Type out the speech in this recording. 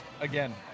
Again